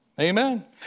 Amen